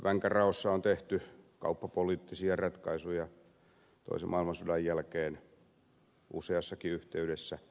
vänkäraossa on tehty kauppapoliittisia ratkaisuja toisen maailmansodan jälkeen useassakin yhteydessä